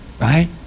right